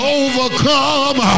overcome